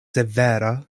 severa